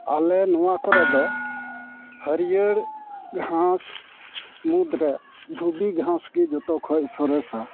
ᱟᱞᱮ ᱱᱚᱣᱟ ᱠᱚᱨᱮ ᱫᱚ ᱦᱟᱹᱨᱭᱟᱹᱲ ᱜᱷᱟᱸᱥ ᱢᱩᱫᱽᱨᱮ ᱫᱷᱩᱵᱤ ᱜᱷᱟᱸᱥ ᱜᱮ ᱡᱚᱛᱚᱠᱷᱚᱡ ᱥᱚᱨᱮᱥᱟ